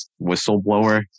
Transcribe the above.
whistleblower